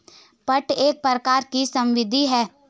पट्टा एक प्रकार की संविदा है